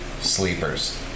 Sleepers